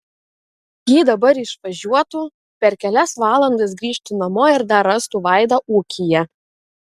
jei dabar išvažiuotų per kelias valandas grįžtų namo ir dar rastų vaidą ūkyje